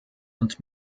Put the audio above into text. und